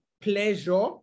pleasure